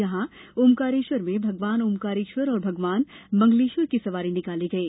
यहां ओंकारेश्वर में भगवान ओंकारेश्वर और भगवान मंगलेश्वर की सवारी निकाली गई